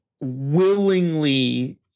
willingly